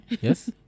Yes